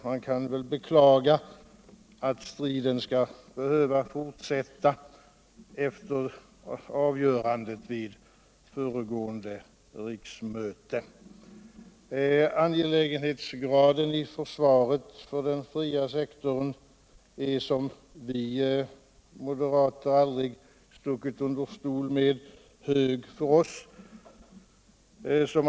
Man kan beklaga att striden skall behöva fortsätta efter det avgörande som fattades vid föregående riksmöte. Angelägenhetsgraden i försvaret för den fria sektorn är hög för oss moderater, något som vi aldrig stuckit under stol med.